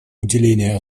уделения